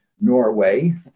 Norway